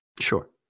Sure